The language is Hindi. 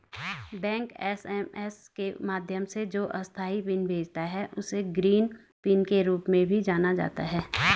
बैंक एस.एम.एस के माध्यम से जो अस्थायी पिन भेजता है, उसे ग्रीन पिन के रूप में भी जाना जाता है